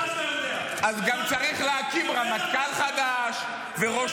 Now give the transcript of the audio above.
והוא יביא לנו הצעה איך להקים עוד מחלקת מודיעין לראש